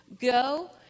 Go